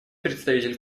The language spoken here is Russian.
представитель